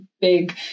big